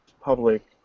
public